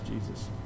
Jesus